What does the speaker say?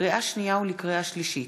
לקריאה שנייה ולקריאה שלישית: